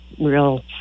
real